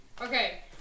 Okay